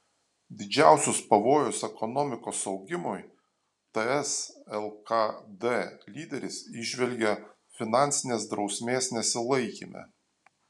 didžiausius pavojus ekonomikos augimui ts lkd lyderis įžvelgia finansinės drausmės nesilaikyme